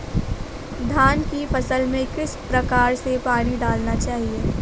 धान की फसल में किस प्रकार से पानी डालना चाहिए?